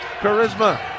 Charisma